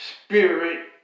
spirit